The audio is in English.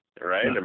right